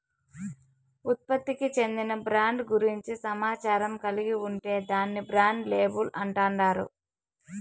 ఉత్పత్తికి చెందిన బ్రాండ్ గూర్చి సమాచారం కలిగి ఉంటే దాన్ని బ్రాండ్ లేబుల్ అంటాండారు